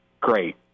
great